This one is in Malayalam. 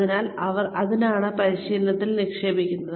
അതിനാൽ അവർ എന്തിനാണ് പരിശീലനത്തിൽ നിക്ഷേപിക്കുന്നത്